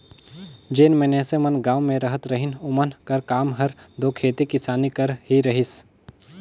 जेन मइनसे मन गाँव में रहत रहिन ओमन कर काम हर दो खेती किसानी कर ही रहिस